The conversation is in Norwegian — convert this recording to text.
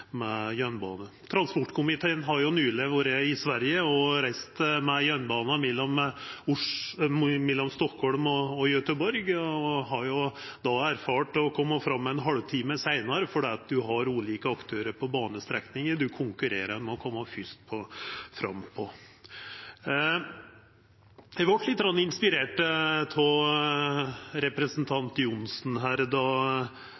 med jernbane. Transportkomiteen har nyleg vore i Sverige og reist med jernbana mellom Stockholm og Göteborg og har då erfart å koma fram ein halv time seinare fordi ein har ulike aktørar på banestrekninga ein konkurrerer om å koma fyrst fram på. Eg vart litt inspirert av